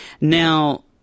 Now